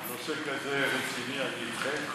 נושא כזה רציני אני אדחה?